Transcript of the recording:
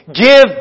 give